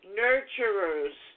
nurturers